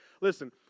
Listen